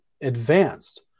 advanced